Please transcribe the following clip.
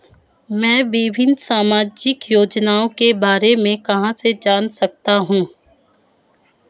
मैं विभिन्न सामाजिक योजनाओं के बारे में कहां से जान सकता हूं?